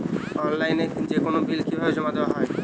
অনলাইনে যেকোনো বিল কিভাবে জমা দেওয়া হয়?